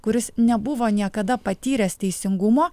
kuris nebuvo niekada patyręs teisingumo